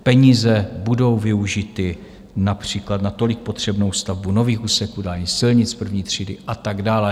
Peníze budou využity například na tolik potřebnou výstavbu nových úseků dálnic, silnic první třídy a tak dále.